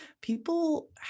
people